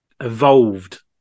evolved